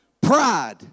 pride